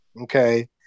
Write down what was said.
Okay